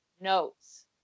notes